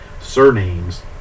surnames